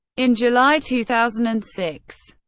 in july two thousand and six,